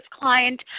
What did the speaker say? client